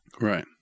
right